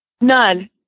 None